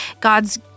God's